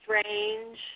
strange